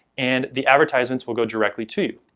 and the advertisements will go directly to you.